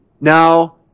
now